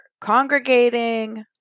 congregating